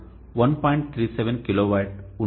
37 kilowatt ఉంటుందని భావించండి